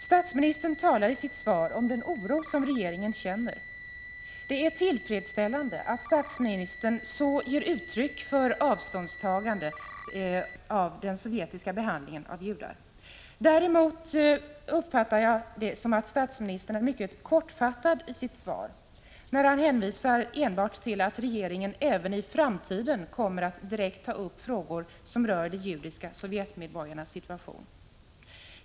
Statsministern talar i sitt svar om den oro som regeringen känner. Det är tillfredsställande att statsministern så ger uttryck för avståndstagande av behandlingen av judar i Sovjetunionen. Däremot uppfattar jag det som att statsministern är mycket kortfattad i sitt svar när han hänvisar enbart till att regeringen även i framtiden kommer att direkt ta upp frågor som rör de judiska sovjetmedborgarnas situation.